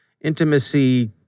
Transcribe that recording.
intimacy